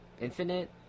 Infinite